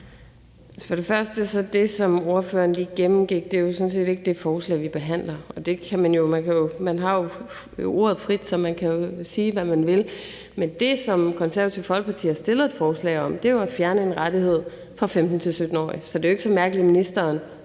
vil jeg sige, at det, som ordføreren lige gennemgik, sådan set ikke er det forslag, vi behandler. Ordet er frit, så man kan jo sige, hvad man vil, men det, som Det Konservative Folkeparti har fremsat et forslag om, er jo at fjerne en rettighed for 15-17-årige. Så det er ikke så mærkeligt, at ministeren